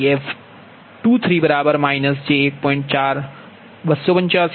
4285 p